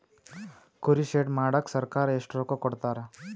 ಕುರಿ ಶೆಡ್ ಮಾಡಕ ಸರ್ಕಾರ ಎಷ್ಟು ರೊಕ್ಕ ಕೊಡ್ತಾರ?